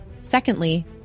Secondly